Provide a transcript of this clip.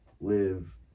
live